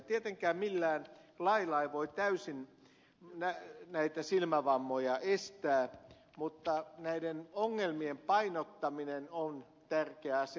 tietenkään millään lailla ei voi täysin näitä silmävammoja estää mutta näiden ongelmien painottaminen on tärkeä asia